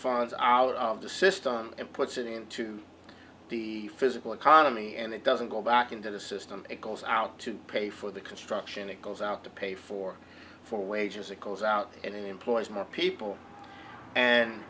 funds out of the system and puts it into the physical economy and it doesn't go back into the system it goes out to pay for the construction it goes out to pay for for wages it goes out and employs more people and